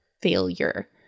failure